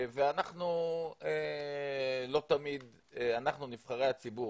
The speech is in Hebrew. ואנחנו, נבחרי הציבור,